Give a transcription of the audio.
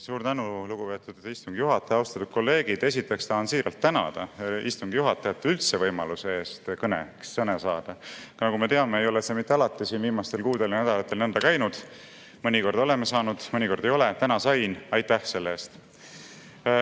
Suur tänu, lugupeetud istungi juhataja! Austatud kolleegid! Esiteks tahan siiralt tänada istungi juhatajat üldse võimaluse eest kõneks sõna saada. Nagu me teame, ei ole see siin viimastel kuudel ja nädalatel mitte alati nõnda käinud. Mõnikord oleme saanud, mõnikord ei ole, täna sain – aitäh selle eest!